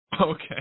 Okay